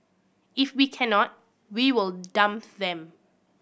if we cannot we will dump them